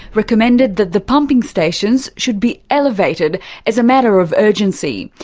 recommended that the pumping stations should be elevated as a matter of urgency.